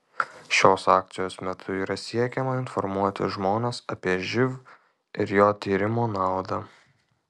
šios akcijos metu yra siekiama informuoti žmones apie živ ir jo tyrimo naudą